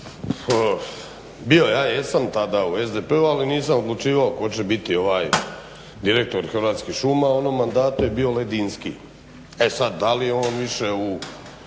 Bio ja jesam tada u SDP-u ali nisam odlučivao tko će biti direktor Hrvatskih šuma, u onom mandatu je bio Ledinski. E sada, da li je on više u,